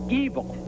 evil